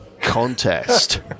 contest